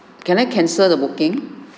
can I cancel the booking